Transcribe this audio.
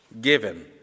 given